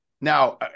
Now